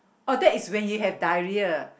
oh that is when you have diarrhoea